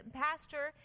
pastor